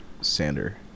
Sander